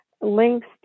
links